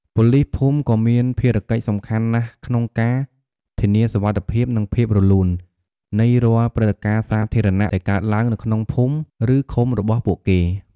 ប៉ូលីសភូមិក៏មានភារកិច្ចសំខាន់ណាស់ក្នុងការ ធានាសុវត្ថិភាព និងភាពរលូន នៃរាល់ព្រឹត្តិការណ៍សាធារណៈដែលកើតឡើងនៅក្នុងភូមិ ឬឃុំរបស់ពួកគេ។